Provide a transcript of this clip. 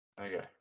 Okay